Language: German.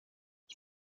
ich